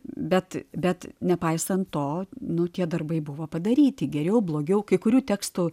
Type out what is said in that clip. bet bet nepaisant to nu tie darbai buvo padaryti geriau blogiau kai kurių tekstų